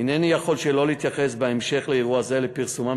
אינני יכול שלא להתייחס בהמשך לאירוע זה לפרסומן